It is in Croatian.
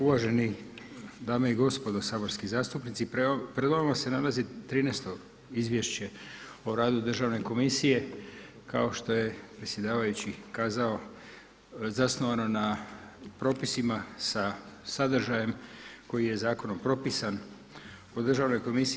Uvaženi dame i gospodo saborski zastupnici, pred vama se nalazi trinaesto Izvješće o radu Državne komisije kao što je predsjedavajući kazao zasnovano na propisima sa sadržajem koji je zakonom propisan u Državnoj komisiji.